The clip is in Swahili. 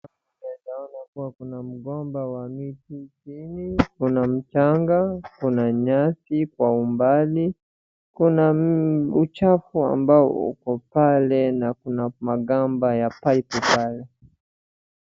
Vile naona hapa kuna mgomba wa miti chini, kuna mchanga, kuna nyasi kwa umbali, kuna uchafu ambao uko pale na kuna magamba ya pipe pale.